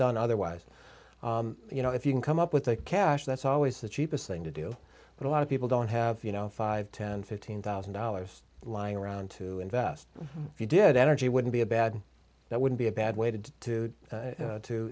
done otherwise you know if you can come up with a cash that's always the cheapest thing to do but a lot of people don't have you know five ten fifteen thousand dollars lying around to invest if you did energy wouldn't be a bad that would be a bad way to to